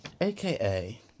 AKA